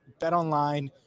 BetOnline